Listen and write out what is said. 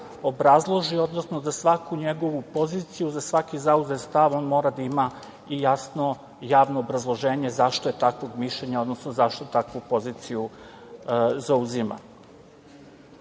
obrazloži, odnosno za svaku njegovu poziciju, za svaki zauzet stav on mora da ima i jasno javno obrazloženje zašto je takvog mišljenja i zašto takvu poziciju zauzima.U